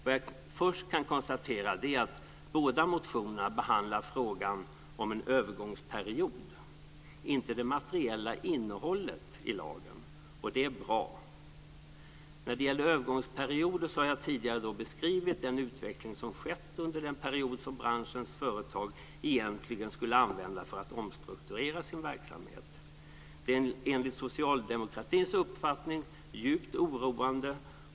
Vad jag först kan konstatera är att båda motionerna behandlar frågan om en övergångsperiod, inte det materiella innehållet i lagen. Och det är bra. När det gäller övergångsperioder har jag tidigare beskrivit den utveckling som skett under den period som branschens företag egentligen skulle använda för att omstrukturera sin verksamhet. Den är enligt socialdemokratins uppfattning djupt oroande.